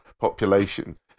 population